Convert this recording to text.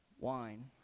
wine